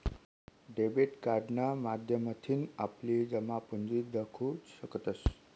debit कार्डना माध्यमथीन आपली जमापुंजी दखु शकतंस